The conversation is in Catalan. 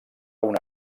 una